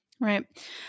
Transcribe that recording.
Right